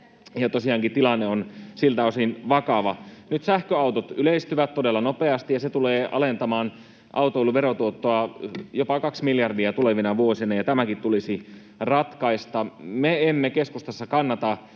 tilanne on siltä osin vakava. Nyt sähköautot yleistyvät todella nopeasti, ja se tulee alentamaan autoilun verotuottoa jopa 2 miljardia tulevina vuosina, ja tämäkin tulisi ratkaista. Me emme keskustassa kannata